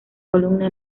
columna